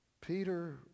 Peter